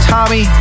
Tommy